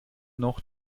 noch